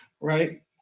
right